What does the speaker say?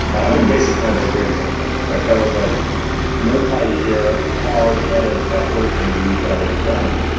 i think basic med is a great example, right? that was a multi-year hard headed effort and we got it done.